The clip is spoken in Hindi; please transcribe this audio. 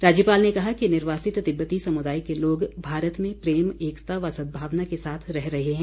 राज्यपाल ने कहा कि निर्वासित तिब्बती समुदाय के लोग भारत में प्रेम एकता व सदभावना के साथ रह रहे हैं